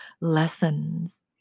lessons